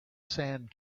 sand